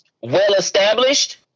well-established